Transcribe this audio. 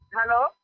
Hello